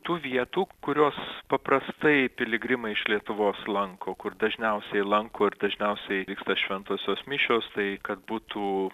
tų vietų kurios paprastai piligrimai iš lietuvos lanko kur dažniausiai lanko ir dažniausiai vyksta šventosios mišios tai kad būtų